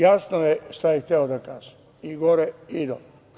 Jasno je šta je hteo da kaže i gore i dole.